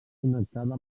connectada